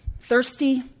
Thirsty